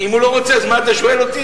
אם הוא לא רוצה, אז מה אתה שואל אותי?